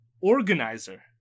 organizer